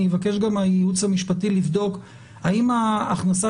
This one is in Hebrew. אני מבקש גם מהייעוץ המשפטי לבדוק האם ההכנסה